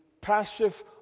passive